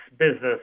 business